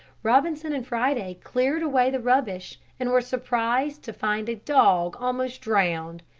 robinson and friday cleared away the rubbish and were surprised to find a dog almost drowned.